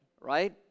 right